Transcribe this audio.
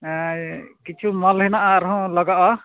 ᱠᱤᱪᱷᱩ ᱢᱟᱞ ᱦᱮᱱᱟᱜᱼᱟ ᱟᱨᱦᱚᱸ ᱞᱟᱜᱟᱜᱼᱟ